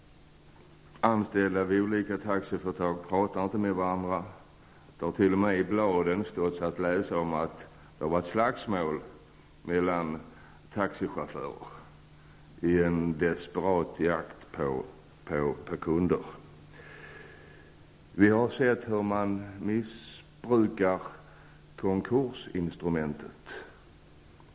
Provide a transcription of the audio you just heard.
Anställda vid olika taxiföretag pratar inte med varandra. Det har t.o.m. i tidningarna stått att läsa om att det har varit slagsmål mellan taxichaufförer i en desperat jakt efter kunder. Vi har också sett hur man missbrukar konkursinstrumentet.